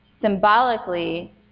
symbolically